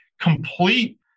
complete